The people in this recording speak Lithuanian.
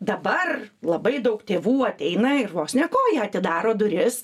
dabar labai daug tėvų ateina ir vos ne koja atidaro duris